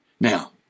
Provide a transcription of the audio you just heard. Now